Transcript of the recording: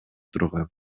турган